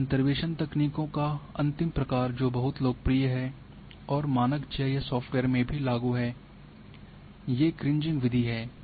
अब इन अंतर्वेसन तकनीकों का अंतिम प्रकार जो बहुत लोकप्रिय है और मानक जीआईएस सॉफ्टवेयर्स में भी लागू है ये क्रीजिंग विधि है